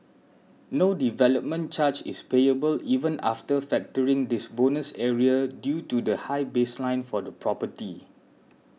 no development charge is payable even after factoring this bonus area due to the high baseline for the property